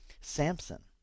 Samson